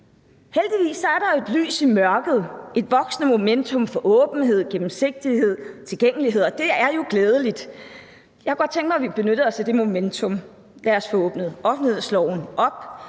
Heldigvis er der et lys i mørket, et voksende momentum for åbenhed, gennemsigtighed og tilgængelighed, og det er jo glædeligt. Jeg kunne godt tænke mig, at vi benyttede os af det momentum. Lad os få åbnet offentlighedsloven op,